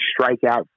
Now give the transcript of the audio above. strikeout